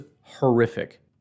horrific